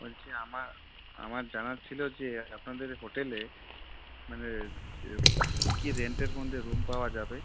বলছি আমার আমার জানার ছিল যে আপনাদের হোটেলে মানে কী কী রেন্টের মধ্যে রুম পাওয়া যাবে